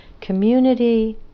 community